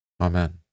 Amen